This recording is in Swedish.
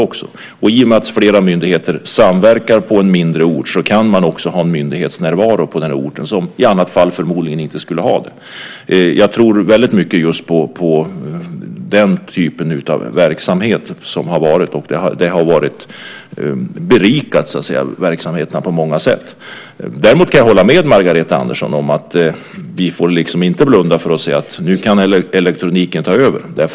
I och med att flera myndigheter samverkar på en mindre ort kan man också ha en myndighetsnärvaro på den orten, som i annat fall förmodligen inte skulle ha det. Jag tror väldigt mycket på just den typen av verksamhet. Det har berikat verksamheterna på många sätt. Däremot kan jag hålla med Margareta Andersson om att vi inte får blunda och säga att nu kan elektroniken ta över.